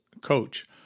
coach